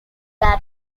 there